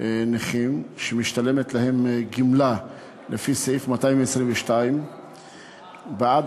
נכים שמשתלמת להם גמלה לפי סעיף 222. בעד